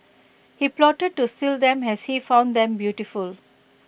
he plotted to steal them as he found them beautiful